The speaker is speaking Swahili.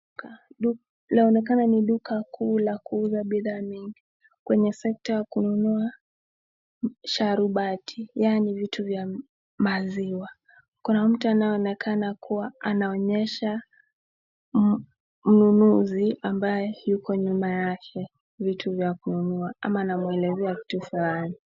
Duka, laonekana ni duka kubwa la kuuza bidhaa mingi, kwenye sekta ya kununua, sharubati, yaani vitu vya, maziwa kuna mtu anayeonekana kuwa anaonyesha, mnunuzi, ambaye yuko nyuma yake, vitu vya kununua, ama anamwelezea vitu fulani.